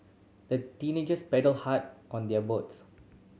the teenagers paddled hard on their boat